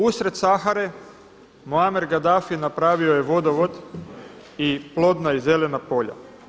Usred Sahare, Muammar Gaddafi napravio je vodovod i plodna i zelena polja.